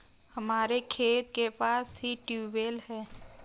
हमारे खेत के पास ही ट्यूबवेल है